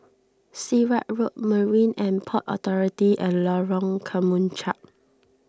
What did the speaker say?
Sirat Road Marine and Port Authority and Lorong Kemunchup